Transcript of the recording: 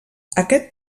aquest